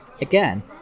Again